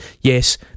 Yes